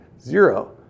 zero